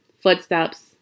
Footsteps